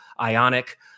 Ionic